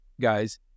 guys